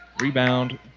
Rebound